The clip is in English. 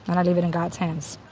and i leave it in god's hands.